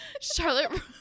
Charlotte